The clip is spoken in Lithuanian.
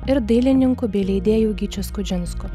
ir dailininku bei leidėju gyčiu skudžinsku